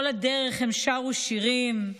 כל הדרך הן שרו שירים.